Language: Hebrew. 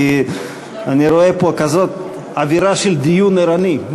כי אני רואה פה כזאת אווירה של דיון ערני.